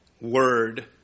word